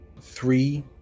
three